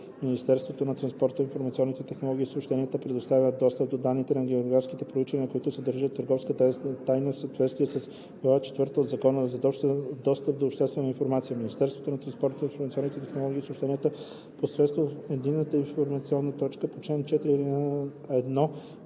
Министерството на транспорта, информационните технологии и съобщенията предоставя достъп до данните от географските проучвания, които не съдържат търговска тайна, в съответствие с глава четвърта от Закона за достъп до обществена информация. Министерството на транспорта, информационните технологии и съобщенията посредством Единната информационна точка по чл. 4,